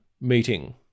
meeting